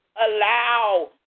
allow